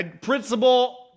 Principal